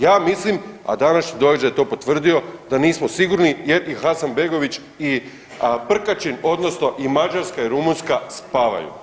Ja mislim, a današnji događaj je to potvrdio da nismo sigurni jer i Hasanbegović i Prkačin, odnosno i Mađarska i Rumunjska spavaju.